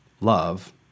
love